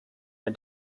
der